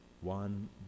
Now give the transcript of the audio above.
one